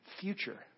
future